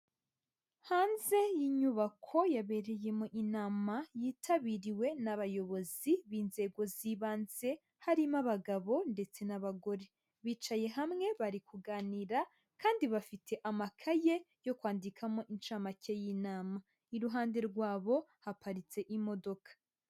Hanze y'inyubako yabereyemo inama yitabiriwe n'abayobozi b'inzego z'ibanze harimo abagabo ndetse n'abagore. Bicaye hamwe bari kuganira kandi bafite amakaye yo kwandikamo inshamake y'inama. Iruhande rwabo haparitse imodoka.